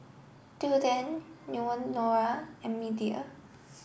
Tilden Leonora and Media